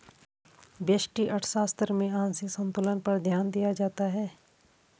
व्यष्टि अर्थशास्त्र में आंशिक संतुलन पर ध्यान दिया जाता है